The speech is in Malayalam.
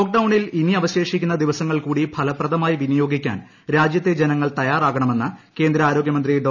ലോക് ഡൌണിൽ ഇനി അവശേഷിക്കുന്ന ദിവസങ്ങൾകൂടി ഫലപ്രദമായി വിനിയോഗിക്കാൻ രാജ്യത്തെ ജനങ്ങൾ തയ്യാറാകണമെന്ന് കേന്ദ്ര ആരോഗൃമന്ത്രി ഡോ